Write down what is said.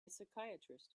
psychiatrist